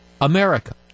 America